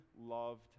loved